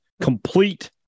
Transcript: complete